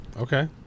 Okay